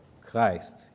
Christ